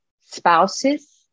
spouses